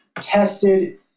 tested